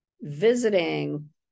visiting